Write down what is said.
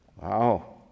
Wow